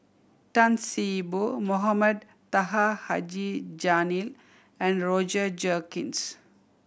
Tan See Boo Mohamed Taha Haji Jamil and Roger Jenkins